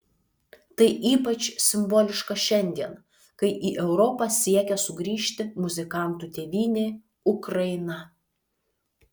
tai ypač simboliška šiandien kai į europą siekia sugrįžti muzikantų tėvynė ukraina